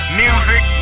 music